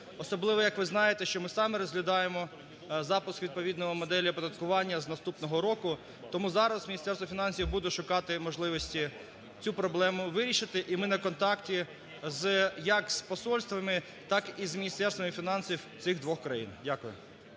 Особливо, як ви знаєте, що ми саме розглядаємо запуск відповідної моделі оподаткування з наступного року. Тому зараз Міністерство фінансів буде шукати можливості цю проблему вирішити, і ми на контакті як з посольствами, так і з міністерствами фінансів цих двох країн. Дякую.